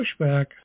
pushback